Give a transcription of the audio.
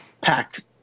packed